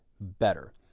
better